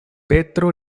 petro